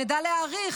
שנדע להעריך,